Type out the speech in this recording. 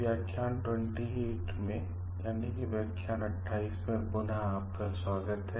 व्याख्यान २८ में पुनः आपका स्वागत है